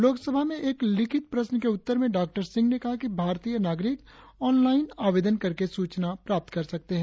लोकसभा में एक लिखित प्रश्न के उत्तर में डॉ सिंह ने कहा कि भारतीय नागरिक ऑनलाइन आवेदन करके सूचना प्राप्त कर सकते हैं